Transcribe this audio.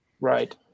Right